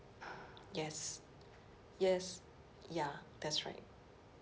yes yes ya that's right